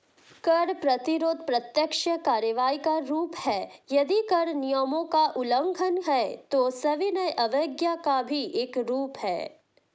कर प्रतिरोध प्रत्यक्ष कार्रवाई का रूप है, यदि कर नियमों का उल्लंघन है, तो सविनय अवज्ञा का भी एक रूप है